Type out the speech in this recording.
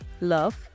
Love